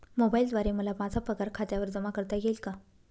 मोबाईलद्वारे मला माझा पगार खात्यावर जमा करता येईल का?